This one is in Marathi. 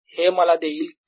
हे मला देईल K